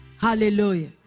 Hallelujah